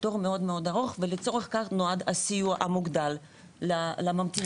התור מאוד ארוך ולצורך כך נועד הסיוע המוגדל לממתינים.